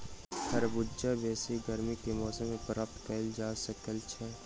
खरबूजा बेसी गर्मी के मौसम मे प्राप्त कयल जा सकैत छै